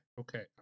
okay